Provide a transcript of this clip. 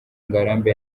ngarambe